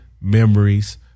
Memories